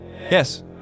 Yes